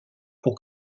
pour